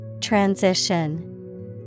Transition